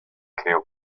creo